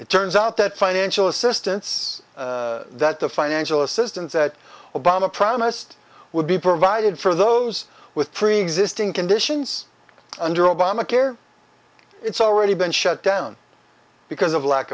it turns out that financial assistance that the financial assistance that obama promised would be provided for those with preexisting conditions under obamacare it's already been shut down because of lack